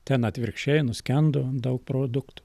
ten atvirkščiai nuskendo daug produktų